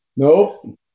Nope